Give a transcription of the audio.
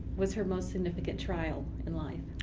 was her most significant trial in life?